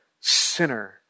Sinner